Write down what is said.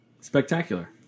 Spectacular